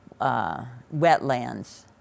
wetlands